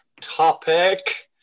topic